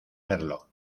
merlo